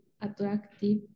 attractive